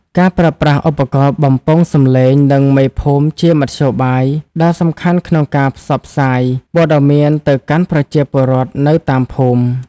ការប្រើប្រាស់ឧបករណ៍បំពងសំឡេង និងមេភូមិជាមធ្យោបាយដ៏សំខាន់ក្នុងការផ្សព្វផ្សាយព័ត៌មានទៅកាន់ប្រជាពលរដ្ឋនៅតាមភូមិ។